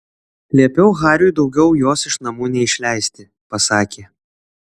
liepiau hariui daugiau jos iš namų neišleisti pasakė